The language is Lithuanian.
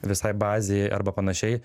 visai bazei arba panašiai